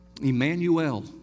Emmanuel